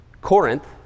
Corinth